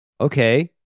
Okay